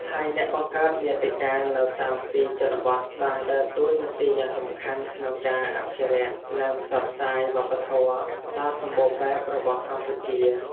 ហើយអ្នកបង្កើតមាតិកានៅតាមទីជនបទបានដើរតួនាទីយ៉ាងសំខាន់ក្នុងការ អភិរក្ស និងផ្សព្វផ្សាយវប្បធម៌ ដ៏សម្បូរបែបរបស់កម្ពុជា។